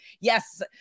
yes